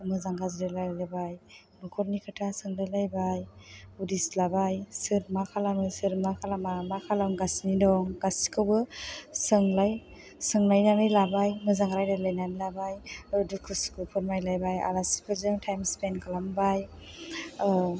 मोजां गाज्रि रायज्लायबाय न'खरनि खोथा सोंलाय लायबाय उदिस लाबाय सोर मा खालामो सोर मा खालामा मा खालामगासिनो दं गासैखौबो सोंलायनानै लाबाय मोजां रायज्लाय लायनानै लाबाय आरो दुखु सुखुखौ नायलायबाय आलासिफोरजों टाइम स्पेन्ड खालामबाय